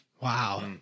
Wow